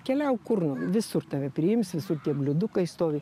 keliauk kur no visur tave priims visur tie bliūdukai stovi